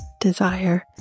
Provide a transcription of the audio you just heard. desire